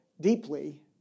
deeply